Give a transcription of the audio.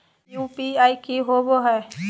UPI की होबो है?